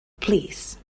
plîs